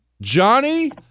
Johnny